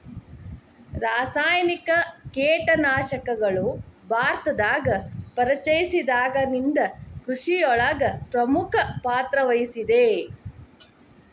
ರಾಸಾಯನಿಕ ಕೇಟನಾಶಕಗಳು ಭಾರತದಾಗ ಪರಿಚಯಸಿದಾಗನಿಂದ್ ಕೃಷಿಯೊಳಗ್ ಪ್ರಮುಖ ಪಾತ್ರವಹಿಸಿದೆ